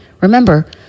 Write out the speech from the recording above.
Remember